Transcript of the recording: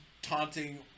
Taunting